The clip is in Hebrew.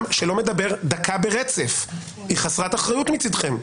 שלא מדבר דקה ברצף היא חסרת אחריות מצדכם.